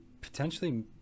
potentially